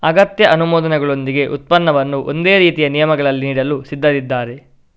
ಅಗತ್ಯ ಅನುಮೋದನೆಗಳೊಂದಿಗೆ ಉತ್ಪನ್ನವನ್ನು ಒಂದೇ ರೀತಿಯ ನಿಯಮಗಳಲ್ಲಿ ನೀಡಲು ಸಿದ್ಧರಿದ್ದಾರೆ